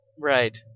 Right